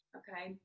okay